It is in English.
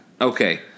Okay